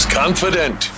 confident